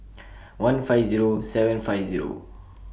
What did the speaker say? one five Zero seven five Zero